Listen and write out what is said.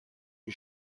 que